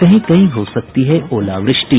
कहीं कहीं हो सकती है ओलावृष्टि